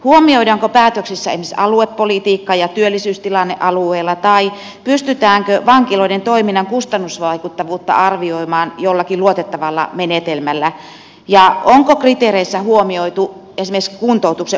huomioidaanko päätöksissä esimerkiksi aluepolitiikka ja työllisyystilanne alueella tai pystytäänkö vankiloiden toiminnan kustannusvaikuttavuutta arvioimaan jollakin luotettavalla menetelmällä ja onko kriteereissä huomioitu esimerkiksi kuntoutuksen onnistuminen